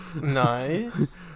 Nice